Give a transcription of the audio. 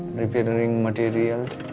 repairing materials.